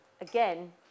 again